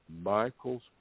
Michael's